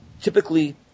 typically